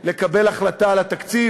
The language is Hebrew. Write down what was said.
זהו תפקידה של הכנסת, לקבל החלטה על התקציב.